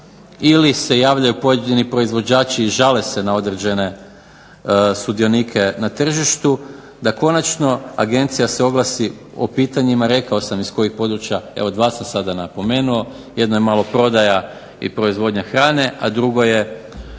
ili se javljaju pojedini proizvođači i žale se na određene sudionike na tržištu da konačno Agencija se oglasi o pitanjima rekao sam iz kojeg područja, dva sam sada napomenuo, jedna je maloprodaja i proizvodnja hrane, a drugo je